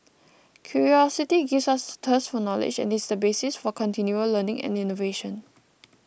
curiosity gives us thirst for knowledge and is the basis for continual learning and innovation